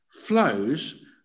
flows